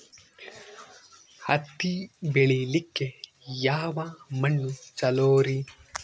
ಹತ್ತಿ ಬೆಳಿಲಿಕ್ಕೆ ಯಾವ ಮಣ್ಣು ಚಲೋರಿ?